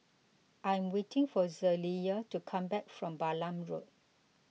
I am waiting for Jaliyah to come back from Balam Road